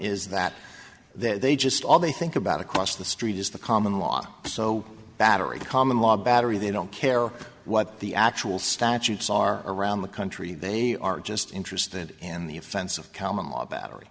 is that they just all they think about across the street is the common law so battery common law battery they don't care what the actual statutes are around the country they are just interested and the offense of common law battery